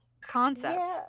concept